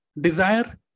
desire